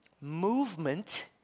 movement